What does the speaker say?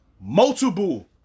Multiple